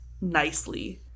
nicely